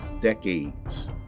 decades